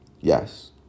Yes